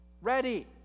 ready